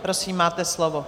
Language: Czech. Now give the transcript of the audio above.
Prosím, máte slovo.